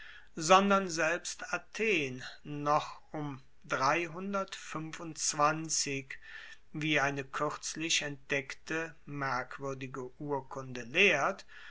sondern selbst athen noch um wie eine kuerzlich entdeckte merkwuerdige urkunde lehrt